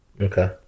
Okay